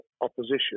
opposition